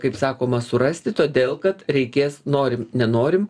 kaip sakoma surasti todėl kad reikės norim nenorim